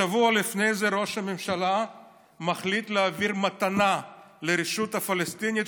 שבוע לפני זה ראש הממשלה מחליט להעביר מתנה לרשות הפלסטינית,